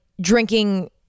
drinking